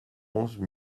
onze